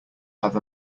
have